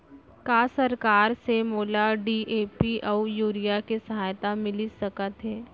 का सरकार से मोला डी.ए.पी अऊ यूरिया के सहायता मिलिस सकत हे?